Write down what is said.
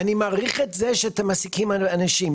אני מעריך את זה שאתם מעסיקים אנשים,